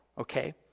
okay